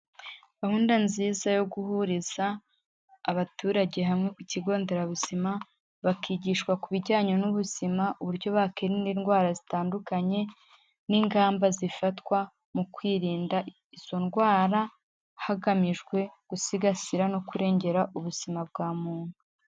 Gahunda nziza yo guhuriza abaturage hamwe ku kigo nderabuzima, bakigishwa ku bijyanye n'ubuzima uburyo bakirinda indwara zitandukanye n'ingamba zifatwa mu kwirinda izo ndwara, hagamijwe gusigasira no kurengera ubuzima bwa muntu.